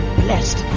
blessed